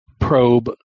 probe